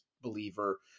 believer